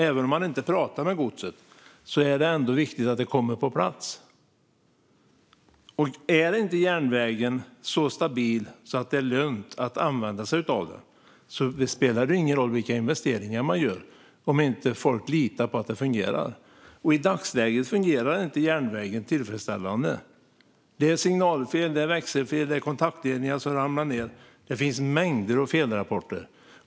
Även om man inte pratar med godset är det viktigt att det kommer på plats. Om inte järnvägen är så stabil att det är lönt att använda sig av den - om inte folk litar på att den fungerar - spelar det ju ingen roll vilka investeringar man gör. I dagsläget fungerar inte järnvägen tillfredsställande. Det är signalfel, växelfel och kontaktledningar som ramlar ned. Det finns mängder av felrapporter.